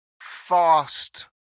fast